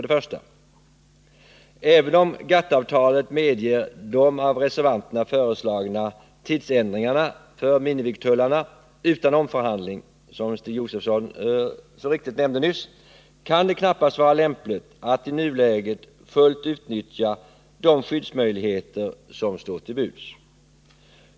1. Även om GATT-avtalet medger de av reservanterna föreslagna tidsändringarna för minimivikttullarna utan omförhandling, kan det knappast vara lämpligt att i nuläget fullt utnyttja de skyddsmöjligheter som står till buds.